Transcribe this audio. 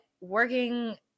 working –